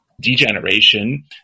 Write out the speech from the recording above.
degeneration